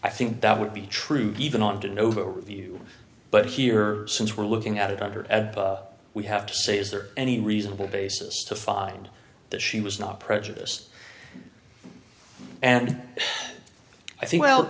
i think that would be true even on to novo review but here since we're looking at it under we have to say is there any reasonable basis to find that she was not prejudice and i think well